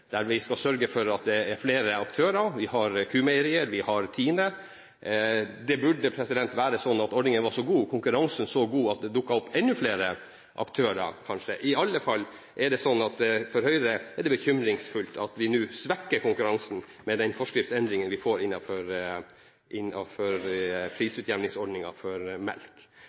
der vi skal sørge for at det er flere aktører. Vi har Q-meierier og vi har TINE. Det burde være slik at ordningen var så god og konkurransen så god at det dukket opp enda flere aktører, i alle fall er det slik for Høyre at det er bekymringsfullt at vi nå svekker konkurransen med den forskriftsendringen vi får innenfor prisutjevningsordningen for melk.